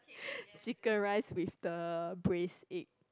chicken rice with the braised egg